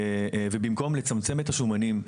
ובמקום לצמצם את השומנים,